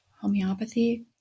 homeopathy